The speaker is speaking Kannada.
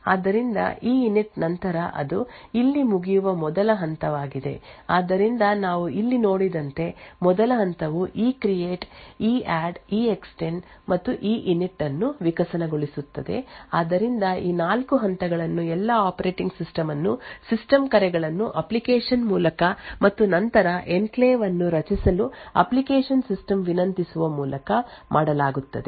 ಆದ್ದರಿಂದ E I N I T ನಂತರ ಅದು ಇಲ್ಲಿ ಮುಗಿಯುವ ಮೊದಲ ಹಂತವಾಗಿದೆ ಆದ್ದರಿಂದ ನಾವು ಇಲ್ಲಿ ನೋಡಿದಂತೆ ಮೊದಲ ಹಂತವು ECREATE E A D D extend ಮತ್ತು E I N I T ಅನ್ನು ವಿಕಸನಗೊಳಿಸುತ್ತದೆ ಆದ್ದರಿಂದ ಈ 4 ಹಂತಗಳನ್ನು ಎಲ್ಲಾ ಆಪರೇಟಿಂಗ್ ಸಿಸ್ಟಮ್ ಅನ್ನು ಸಿಸ್ಟಮ್ ಕರೆಗಳನ್ನು ಅಪ್ಲಿಕೇಶನ್ ಮೂಲಕ ಮತ್ತು ನಂತರ ಎನ್ಕ್ಲೇವ್ ಅನ್ನು ರಚಿಸಲು ಅಪ್ಲಿಕೇಶನ್ ಸಿಸ್ಟಮ್ ವಿನಂತಿಸುವ ಮೂಲಕ ಮಾಡಲಾಗುತ್ತದೆ